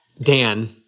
Dan